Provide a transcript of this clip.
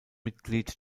mitglied